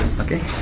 Okay